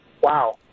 wow